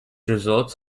results